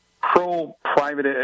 pro-private